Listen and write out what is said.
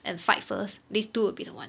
and fight first these two will be the one